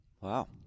Wow